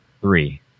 three